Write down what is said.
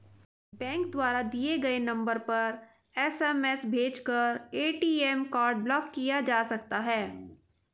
bank द्वारा दिए गए नंबर पर एस.एम.एस भेजकर ए.टी.एम कार्ड ब्लॉक किया जा सकता है